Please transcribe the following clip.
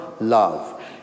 Love